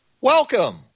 welcome